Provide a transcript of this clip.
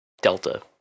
delta